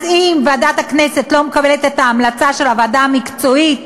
אז אם ועדת הכנסת לא מקבלת את ההמלצה של הוועדה המקצועית,